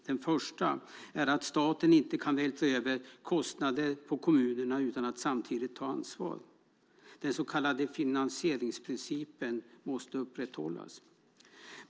Den första är att staten inte kan vältra över kostnader på kommunerna utan att samtidigt ta ansvar. Den så kallade finansieringsprincipen måste upprätthållas.